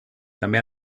també